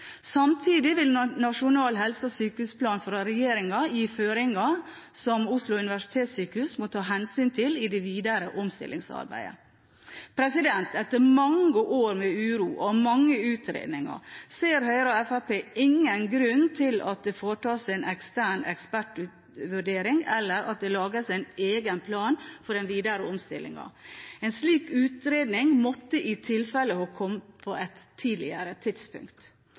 Samtidig vil en nasjonal helse- og sykehusplan fra regjeringen gi føringer som Oslo universitetssykehus må ta hensyn til i det videre omstillingsarbeidet. Etter mange år med uro og mange utredninger ser Høyre og Fremskrittspartiet ingen grunn til at det foretas en ekstern ekspertvurdering, eller at det lages en egen plan for den videre omstillingen. En slik utredning måtte i tilfellet ha kommet på et tidligere tidspunkt.